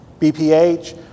BPH